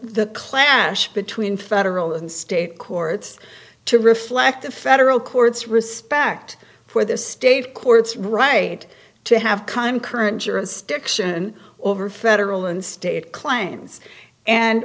the clannish between federal and state courts to reflect the federal court's respect for the state courts right to have come current jurisdiction over federal and state claims and